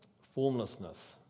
formlessness